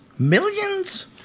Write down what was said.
Millions